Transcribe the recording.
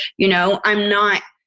you know, i'm not,